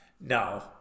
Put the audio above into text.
No